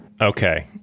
Okay